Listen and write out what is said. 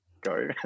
go